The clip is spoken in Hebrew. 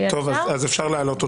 אפשר להעלות אותה.